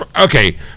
Okay